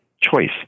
choice